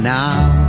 now